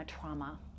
trauma